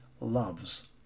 loves